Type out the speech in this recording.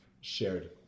shared